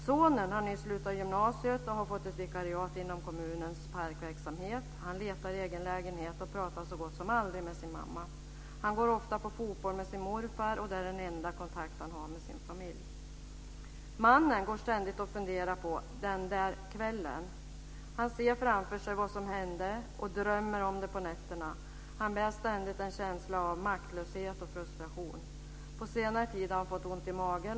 Sonen har nyss slutat gymnasiet och har fått ett vikariat inom kommunens parkverksamhet. Han letar egen lägenhet, och pratar så gott som aldrig med sin mamma. Han går ofta på fotboll med sin morfar. Det är den enda kontakt han har med sin familj. Mannen går ständigt och funderar på den där kvällen. Han ser framför sig vad som hände och drömmer om det på nätterna. Han bär på en ständig känsla av maktlöshet och frustration. På senare tid har han fått ont i magen.